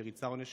שריצה עונש